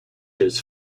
his